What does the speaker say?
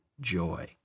joy